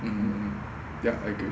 mmhmm mmhmm yup I agree